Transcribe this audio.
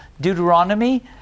Deuteronomy